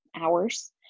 hours